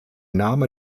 name